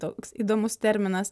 toks įdomus terminas